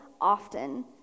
often